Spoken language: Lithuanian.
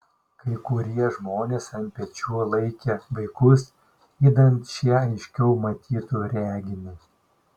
kai kurie žmonės ant pečių laikė vaikus idant šie aiškiau matytų reginį